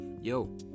yo